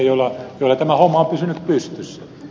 joilla tämä homma on pysynyt pystyssä